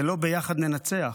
זה לא "ביחד ננצח".